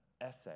essay